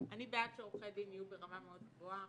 יהיו ברמה מאוד גבוהה.